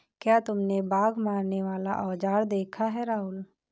क्या तुमने बाघ मारने वाला औजार देखा है राहुल?